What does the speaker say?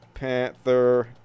Panther